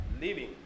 living